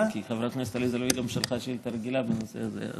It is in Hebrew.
כי חברת הכנסת עליזה לביא גם שלחה שאילתה רגילה בנושא זה.